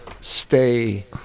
stay